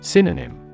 Synonym